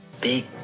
Big